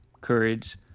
courage